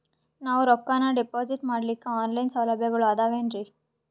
ನಾವು ರೊಕ್ಕನಾ ಡಿಪಾಜಿಟ್ ಮಾಡ್ಲಿಕ್ಕ ಆನ್ ಲೈನ್ ಸೌಲಭ್ಯಗಳು ಆದಾವೇನ್ರಿ?